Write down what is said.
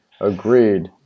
Agreed